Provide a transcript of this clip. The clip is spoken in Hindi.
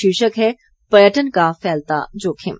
शीर्षक है पर्यटन का फैलता जोखिम